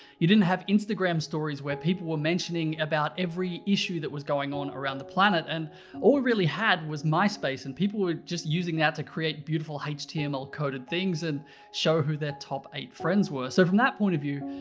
you didn't have instagram stories where people were mentioning about every issue that was going on around the planet. and all we really had was myspace, and people were just using that to create beautiful html-coded things and show who their top eight friends were. so from that point of view,